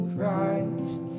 Christ